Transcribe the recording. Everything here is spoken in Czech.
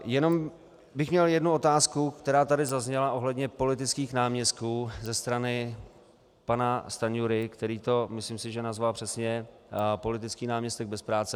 Jenom bych měl jednu otázku, která tady zazněla ohledně politických náměstků ze strany pana Stanjury, který to, myslím si, že nazval přesně politický náměstek bez práce.